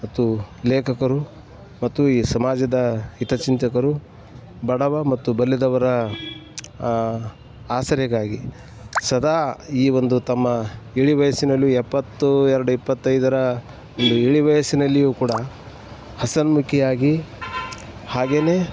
ಮತ್ತು ಲೇಖಕರು ಮತ್ತು ಈ ಸಮಾಜದ ಹಿತಚಿಂತಕರು ಬಡವ ಮತ್ತು ಬಲ್ಲಿದವರ ಆಸರೆಗಾಗಿ ಸದಾ ಈ ಒಂದು ತಮ್ಮ ಇಳಿ ವಯಸ್ಸಿನಲ್ಲೂ ಎಪ್ಪತ್ತ ಎರಡು ಎಪ್ಪತ್ತೈದರ ಒಂದು ಇಳಿ ವಯಸ್ಸಿನಲ್ಲಿಯೂ ಕೂಡ ಹಸನ್ಮುಖಿಯಾಗಿ ಹಾಗೇ